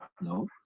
no